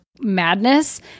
madness